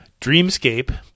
Dreamscape